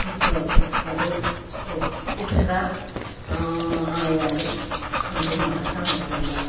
വിശ്വാസം അത് എത്ര എത്ര ആയാലും അതു മറക്കാൻ പറ്റൂല